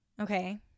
okay